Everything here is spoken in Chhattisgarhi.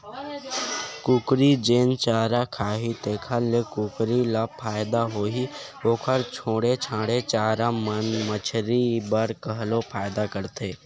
कुकरी जेन चारा खाही तेखर ले कुकरी ल फायदा होही, ओखर छोड़े छाड़े चारा मन मछरी बर घलो फायदा करथे